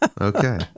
Okay